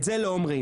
את זה לא אומרים.